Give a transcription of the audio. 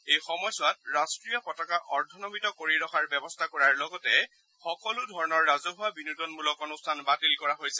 এই সময়ছোৱাত ৰাট্টীয় পতাকা অৰ্ধনমিত কৰি ৰখাৰ ব্যৱস্থা কৰাৰ লগতে সকলো ধৰণৰ ৰাজহুৱা বিনোদনমূলক অনুষ্ঠান বাতিল কৰা হৈছে